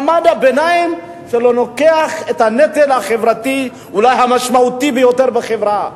מעמד הביניים שלוקח את הנטל החברתי אולי המשמעותי ביותר בחברה.